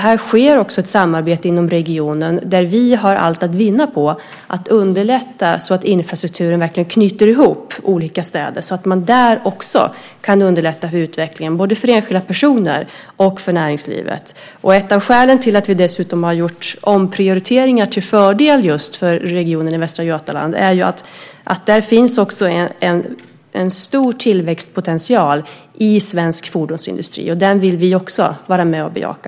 Här sker också ett samarbete inom regionen där vi har allt att vinna på att underlätta så att infrastrukturen verkligen knyter ihop olika städer så att man där också kan underlätta utvecklingen för enskilda personer och för näringslivet. Ett av skälen till att vi dessutom har gjort omprioriteringar till fördel för regionen i Västra Götaland är att där finns en stor tillväxtpotential i svensk fordonsindustri, och den vill vi också vara med och bejaka.